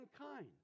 mankind